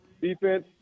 defense